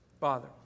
Father